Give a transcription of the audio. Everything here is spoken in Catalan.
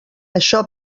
això